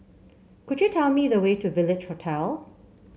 could you tell me the way to Village Hotel